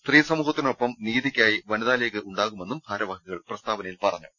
സ്ത്രീ സമൂഹത്തിനൊപ്പം നീതിക്കായി വനിതാ ലീഗ് ഉണ്ടാവുമെന്നും ഭാരവാഹികൾ പ്രസ്താവനയിൽ പറഞ്ഞു